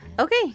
Okay